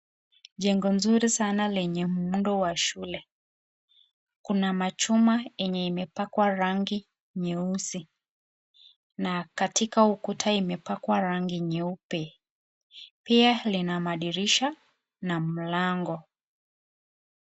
Jengo nzuri sana lenye muundo wa shule. Kuna machuma yenye imepakwa rangi nyeusi na katika ukuta imepakwa rangi nyeupe. Pia lina madirisha na mlango.